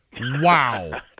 Wow